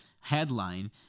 headline